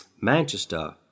Manchester